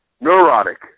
neurotic